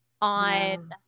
on